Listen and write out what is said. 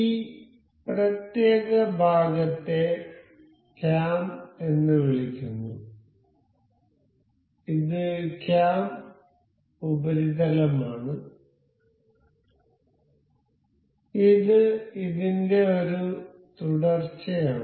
ഈ പ്രത്യേക ഭാഗത്തെ ക്യാം എന്ന് വിളിക്കുന്നു ഇത് ക്യാം ഉപരിതലമാണ് ഇത് ഇതിന്റെ ഒരു തുടർച്ചയാണ്